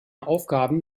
aufgaben